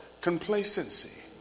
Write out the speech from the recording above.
complacency